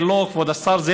כבוד השר,